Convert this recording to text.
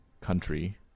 country